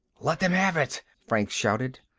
let them have it! franks shouted.